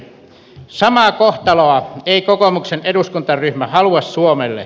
samaa kohtaloa ei kokoomuksen eduskuntaryhmä halua suomelle